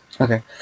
Okay